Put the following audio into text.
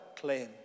claim